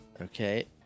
Okay